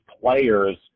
players